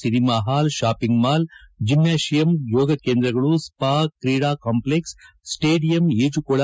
cinema ಪಾಲ್ shopping mall gymnasium ಯೋಗ ಕೇಂದ್ರಗಳು ಸ್ಪಾ ತ್ರೀಡಾ ಕಾಂಪ್ಲಕ್ಸ ಸ್ಸೇಡಿಯಂ ಕಜುಕೊಳ